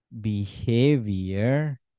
behavior